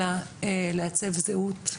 אלא לעצב זהות,